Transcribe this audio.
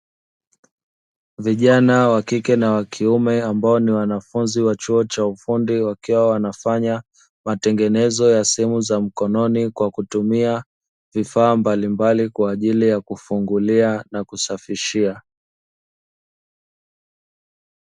Vijana wakike na wakiume, ambao ni wanafunzi wa chuo cha ufundi, wakiwa wanafanya matengenezo ya simu za mkononi kwa kutumia vifaa mbalimbali, kwa ajili ya kufungulia na kusafishia.